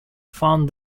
found